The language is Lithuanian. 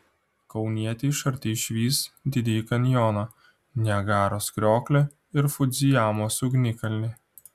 kaunietė iš arti išvys didįjį kanjoną niagaros krioklį ir fudzijamos ugnikalnį